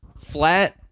flat